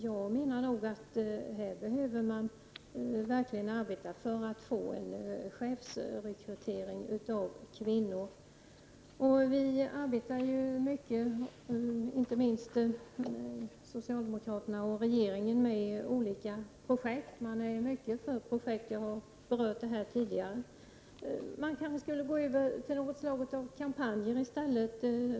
Jag menar nog att man här verkligen behöver arbeta för chefsrekrytering av kvinnor. Vi arbetar mycket med olika projekt, och det gör inte minst socialdemokraterna och regeringen. Man är mycket för projekt. Jag har berört den här frågan tidigare. Kanske skulle man i stället gå över till någon form av kampanjer?